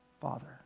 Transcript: Father